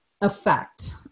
effect